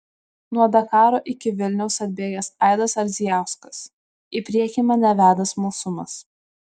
nuo dakaro iki vilniaus atbėgęs aidas ardzijauskas į priekį mane veda smalsumas